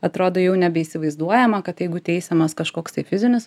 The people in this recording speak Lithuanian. atrodo jau nebeįsivaizduojama kad jeigu teisiamas kažkoks tai fizinis